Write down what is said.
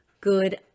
good